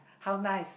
how nice